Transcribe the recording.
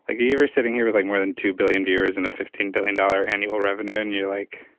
ah you are sitting here with, like, more than two billion viewers and a fifteen billion dollars annual revenue. and you're like,